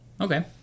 Okay